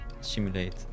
simulate